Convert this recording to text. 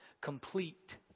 Complete